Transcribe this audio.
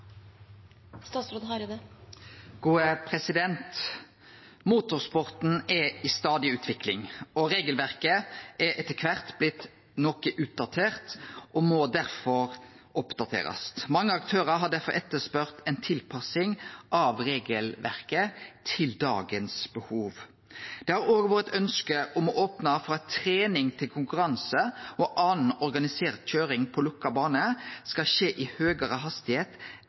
i stadig utvikling, og regelverket er etter kvart blitt noko utdatert og må oppdaterast. Mange aktørar har derfor etterspurd ei tilpassing av regelverket til dagens behov. Det har òg vore eit ønske om å opne for at trening til konkurranse og anna organisert køyring på lukka bane kan skje i høgare